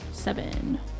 Seven